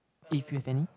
if you have any